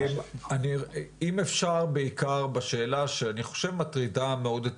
אם אפשר בעיקר בשאלה שאני חושב מטרידה מאוד את